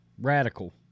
radical